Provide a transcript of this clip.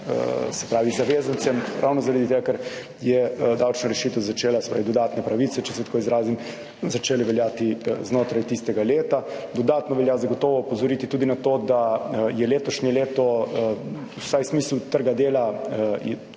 Se pravi, zavezancem ravno zaradi tega, ker je davčna rešitev začela, se pravi dodatne pravice, če se tako izrazim, začele veljati znotraj tistega leta. Dodatno velja zagotovo opozoriti tudi na to, da je letošnje leto, vsaj v smislu trga dela,